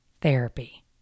therapy